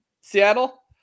Seattle